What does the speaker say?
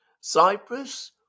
Cyprus